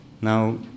Now